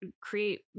create